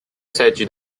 赛季